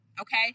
okay